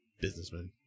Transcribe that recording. businessman